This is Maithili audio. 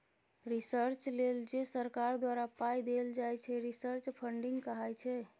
रिसर्च लेल जे सरकार द्वारा पाइ देल जाइ छै रिसर्च फंडिंग कहाइ छै